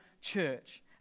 church